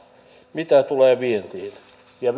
mitä tulee vientiin ja